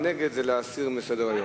נגד זה להסיר מסדר-היום.